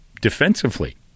defensively